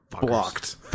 Blocked